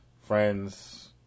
friends